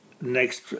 next